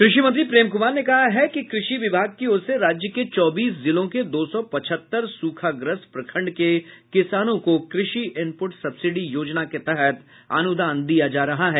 कृषि मंत्री प्रेम कुमार ने कहा है कि कृषि विभाग की ओर से राज्य के चौबीस जिलों के दो सौ पचहत्तर सुखाग्रस्त प्रखंड के किसानों को कृषि इनपुट सब्सिडी योजना के तहत् अनुदान दिया जा रहा है